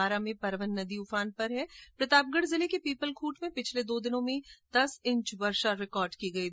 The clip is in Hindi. बारा में परवन नदी उफान पर है प्रतापगढ जिले के पीपलखुंट में पिछले दो दिनों में दस इंच बरसात रिकॉर्ड की गई हैं